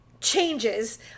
changes